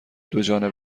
دوجانبه